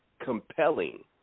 compelling